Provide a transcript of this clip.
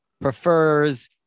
prefers